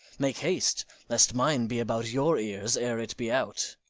make haste, lest mine be about your ears ere it be out.